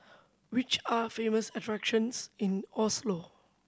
which are famous attractions in Oslo